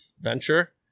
venture